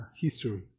history